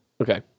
Okay